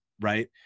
right